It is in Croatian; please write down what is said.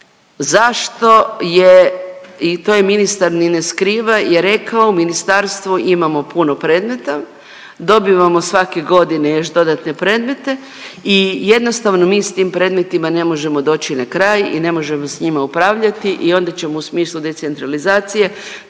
zašto je i to je ministar ni ne skriva je rekao u ministarstvu imamo puno predmeta, dobivamo svake godine još dodatne predmete i jednostavno mi s tim predmetima ne možemo doći na kraj i ne možemo s njima upravljati i onda ćemo u smislu decentralizacije